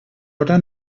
hora